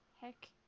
Heck